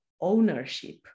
ownership